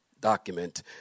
document